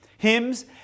hymns